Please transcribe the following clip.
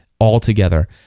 altogether